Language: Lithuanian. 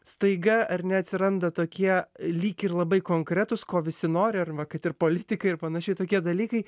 staiga ar neatsiranda tokie lyg ir labai konkretūs ko visi nori ar va kad ir politikai ir panašiai tokie dalykai